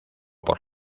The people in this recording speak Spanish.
por